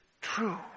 True